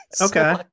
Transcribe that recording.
Okay